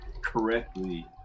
correctly